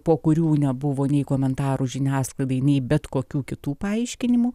po kurių nebuvo nei komentarų žiniasklaidai nei bet kokių kitų paaiškinimų